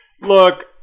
look